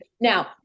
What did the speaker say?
Now